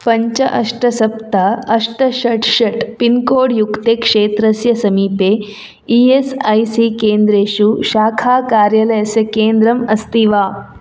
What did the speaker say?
पञ्च अष्ट सप्त अष्ट षट् षट् पिन्कोड् युक्ते क्षेत्रस्य समीपे ई एस् ऐ सी केन्द्रेषु शाखाकार्यालयस्य केन्द्रम् अस्ति वा